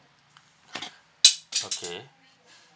okay